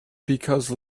because